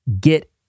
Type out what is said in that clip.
get